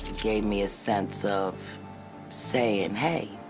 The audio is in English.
gave me a sense of saying, hey,